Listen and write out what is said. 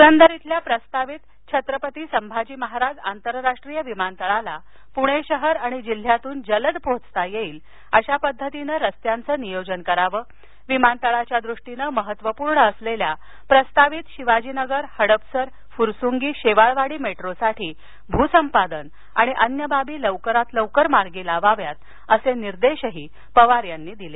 प्ररंदर इथल्या प्रस्तावित छत्रपती संभाजी महाराज आंतरराष्ट्रीय विमानतळाला पूणे शहर आणि जिल्ह्यातून जलद पोहोचता येईल अशा पद्धतीनं रस्त्यांचं नियोजन करावं विमानतळाच्या दृष्टीने महत्त्वपूर्ण असलेल्या प्रस्तावित शिवाजीनगर हडपसर फुरसुंगी शेवाळवाडी मेट्रोसाठी भूसंपादन आणि अन्य बाबी लवकरात लवकर मार्गी लावाव्यात असे निर्देश पवार यांनी दिले